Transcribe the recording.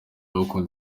ndagukunda